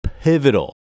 pivotal